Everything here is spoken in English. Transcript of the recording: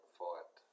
fight